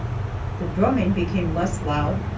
the drumming became less loud,